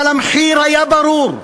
אבל המחיר היה ברור,